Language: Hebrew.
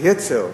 היצר,